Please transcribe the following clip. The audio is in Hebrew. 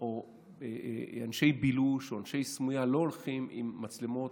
או אנשי בילוש או אנשי סמויה לא הולכים עם מצלמות,